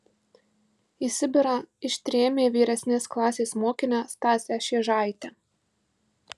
į sibirą ištrėmė vyresnės klasės mokinę stasę šėžaitę